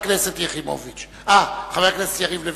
חברת הכנסת יחימוביץ וחבר הכנסת יריב לוין.